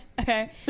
Okay